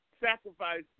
sacrifice